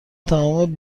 تمام